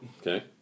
Okay